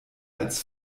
als